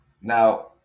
now